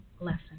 lesson